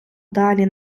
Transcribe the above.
далі